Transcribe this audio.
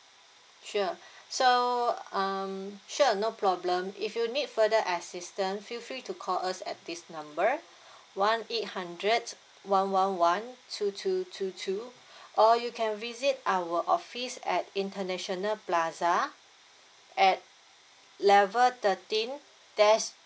sure so um sure no problem if you need further assistant feel free to call us at this number one eight hundred one one one two two two two or you can visit our office at international plaza at level thirteen dash